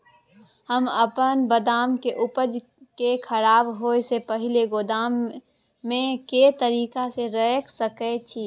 हम अपन बदाम के उपज के खराब होय से पहिल गोदाम में के तरीका से रैख सके छी?